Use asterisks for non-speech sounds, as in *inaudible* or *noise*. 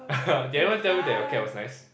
*laughs* did anyone tell you that your cat was nice